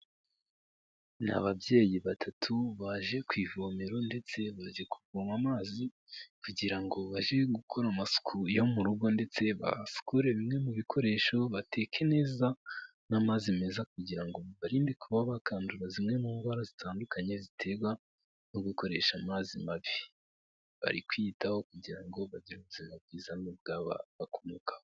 Ni ababyeyi batatu baje ku ivomero ndetse baje kuvoma amazi kugira ngo baje gukora amasuku yo mu rugo ndetse basukure bimwe mu bikoresho, bateke neza n'amazi meza kugira ngo baririnde kuba bakandura zimwe mu ndwara zitandukanye ziterwa no gukoresha amazi mabi, bari kwiyitaho kugira ngo bagire ubuzima bwiza n'ubw'aba bakomokaho.